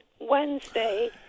Wednesday